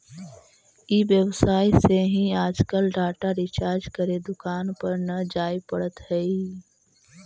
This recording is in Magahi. ई व्यवसाय से ही आजकल डाटा रिचार्ज करे दुकान पर न जाए पड़ऽ हई